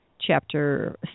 chapter